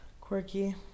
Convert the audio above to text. quirky